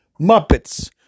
Muppets